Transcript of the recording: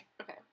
Okay